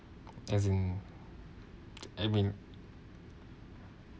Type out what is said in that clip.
as in I mean